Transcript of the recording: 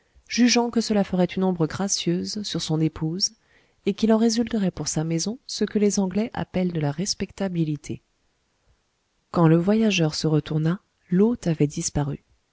jugeant que cela ferait une ombre gracieuse sur son épouse et qu'il en résulterait pour sa maison ce que les anglais appellent de la respectabilité quand le voyageur se retourna l'hôte avait disparu